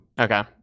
okay